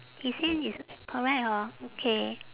his hand is correct hor okay